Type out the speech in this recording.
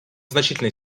значительной